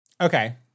Okay